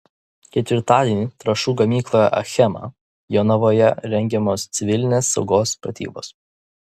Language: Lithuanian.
ketvirtadienį trąšų gamykloje achema jonavoje rengiamos civilinės saugos pratybos